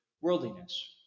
worldliness